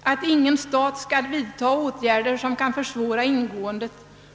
och som innebär »att ingen stat skall vidta åtgärder, som kan försvåra ingåendet